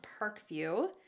Parkview